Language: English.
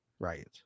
Right